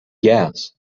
gas